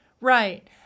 right